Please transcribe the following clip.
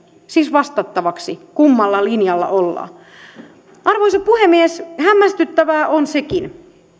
vastattavaksi kummalla linjalla ollaan arvoisa puhemies hämmästyttävää on sekin